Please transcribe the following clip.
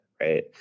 right